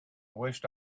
wished